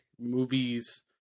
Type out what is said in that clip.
movies